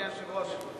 אדוני היושב-ראש,